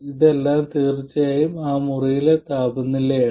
ഇതെല്ലാം തീർച്ചയായും ആ മുറിയിലെ താപനിലയാണ്